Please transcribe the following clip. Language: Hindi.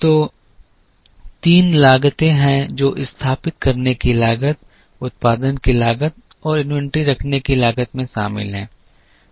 तो तीन लागतें हैं जो स्थापित करने की लागत उत्पादन की लागत और इन्वेंट्री रखने की लागत में शामिल हैं